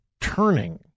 turning